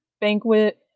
banquet